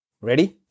Ready